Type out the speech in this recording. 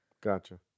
Gotcha